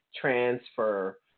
transfer